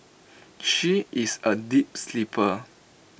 she is A deep sleeper